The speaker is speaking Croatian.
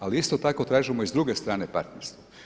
Ali isto tako tražimo i s druge strane partnerstvo.